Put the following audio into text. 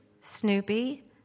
Snoopy